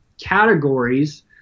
categories